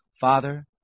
Father